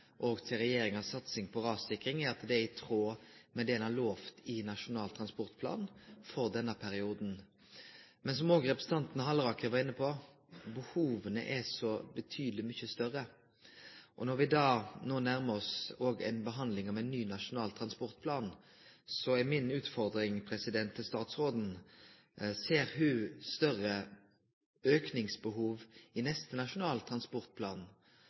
til regjeringas satsing på rassikring, er at det er i tråd med det ein har lovt i Nasjonal transportplan for denne perioden. Men som òg representanten Halleraker var inne på: Behova er så betydeleg mykje større. Når vi no òg nærmar oss ei behandling av ein ny Nasjonal transportplan, er mi utfordring til statsråden: Ser statsråden behov for ein større auke i neste Nasjonal transportplan?